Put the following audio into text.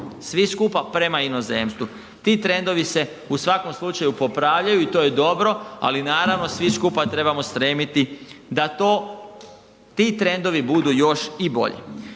svi skupa prema inozemstvu. Ti trendovi se u svakom slučaju popravljaju i to je dobro, ali naravno svi skupa trebamo stremiti da ti trendovi budu još i bolji.